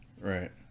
Right